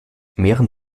mehren